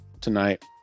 tonight